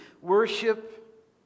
Worship